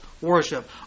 worship